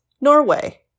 Norway